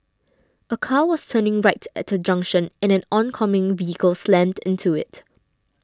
a car was turning right at a junction and an oncoming vehicle slammed into it